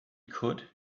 could